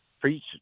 preach